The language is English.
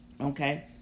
Okay